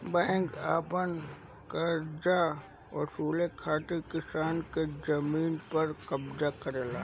bank अपन करजा वसूले खातिर किसान के जमीन पर कब्ज़ा लेवेला